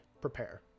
prepare